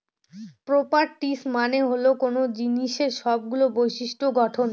properties মানে হল কোনো জিনিসের সবগুলো বিশিষ্ট্য গঠন